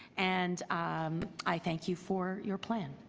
and i thank you for your plan.